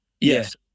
yes